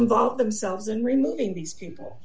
involve themselves in removing these people